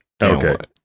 okay